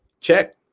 Check